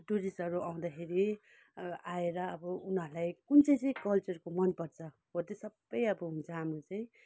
टुरिस्टहरू आउँदाखेरि आएर अब उनीहरूलाई कुन चाहिँ चाहिँ कल्चरको मन पर्छ हो त्यो सबै हुन्छ हाम्रो चाहिँ